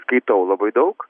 skaitau labai daug